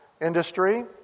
industry